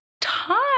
time